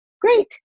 great